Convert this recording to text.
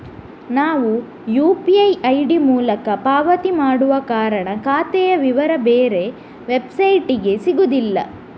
ನಾವು UPI ID ಮೂಲಕ ಪಾವತಿ ಮಾಡುವ ಕಾರಣ ಖಾತೆಯ ವಿವರ ಬೇರೆ ವೆಬ್ಸೈಟಿಗೆ ಸಿಗುದಿಲ್ಲ